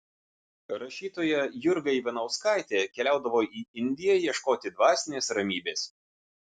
rašytoja jurga ivanauskaitė keliaudavo į indiją ieškoti dvasinės ramybės